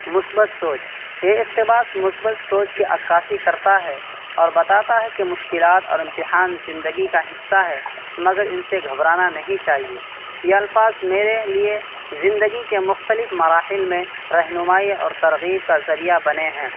مثبت سوچ یہ اقتباس مثبت سوچ کی عکاسی کرتا ہے اور بتاتا ہے کہ مشکلات اور امتحان زندگی کا حصہ ہے مگر ان سے گھبرانا نہیں چاہیے یہ الفاظ میرے لیے زندگی کے مختلف مراحل میں رہنمائی اور ترغیب کا ذریعہ بنے ہیں